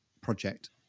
project